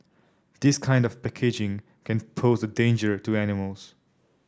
this kind of packaging can pose a danger to animals